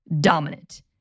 dominant